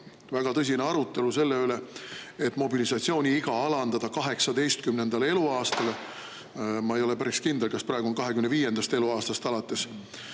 väga tõsine arutelu selle üle, et mobilisatsiooniiga alandada 18. eluaastale. Ma ei ole päris kindel, kas praegu on 25. eluaastast alates,